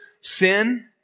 sin